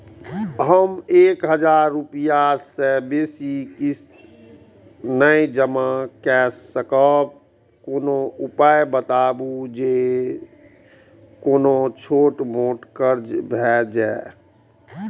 हम एक हजार रूपया से बेसी किस्त नय जमा के सकबे कोनो उपाय बताबु जै से कोनो छोट मोट कर्जा भे जै?